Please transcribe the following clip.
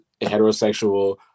heterosexual